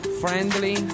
friendly